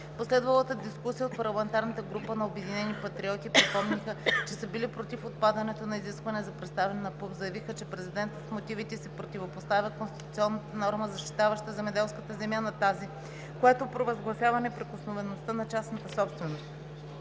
последвалата дискусия от парламентарната група на „Обединени патриоти“ припомниха, че са били против отпадането на изискването за представяне на ПУП. Заявиха, че Президентът в мотивите си противопоставя конституционната норма, защитаваща земеделската земя на тази, която провъзгласява неприкосновеността на частната собственост.